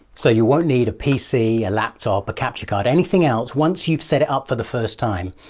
so you won't need a pc, a laptop, a capture card, anything else once you've set it up for the first time.